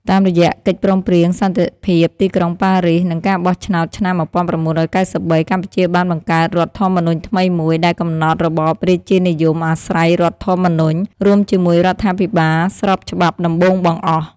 តាមរយៈកិច្ចព្រមព្រៀងសន្តិភាពទីក្រុងប៉ារីសនិងការបោះឆ្នោតឆ្នាំ១៩៩៣ កម្ពុជាបានបង្កើតរដ្ឋធម្មនុញ្ញថ្មីមួយដែលកំណត់របបរាជានិយមអាស្រ័យរដ្ឋធម្មនុញ្ញ រួមជាមួយរដ្ឋាភិបាលស្របច្បាប់ដំបូងបង្អស់